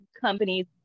companies